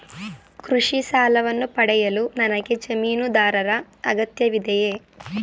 ಕೃಷಿ ಸಾಲವನ್ನು ಪಡೆಯಲು ನನಗೆ ಜಮೀನುದಾರರ ಅಗತ್ಯವಿದೆಯೇ?